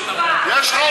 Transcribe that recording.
לשולי הייתה